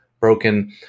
Broken